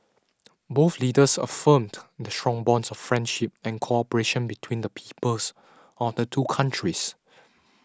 both leaders affirmed the strong bonds of friendship and cooperation between the peoples of the two countries